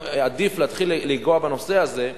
עדיף להתחיל לנגוע בנושא הזה,